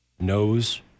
knows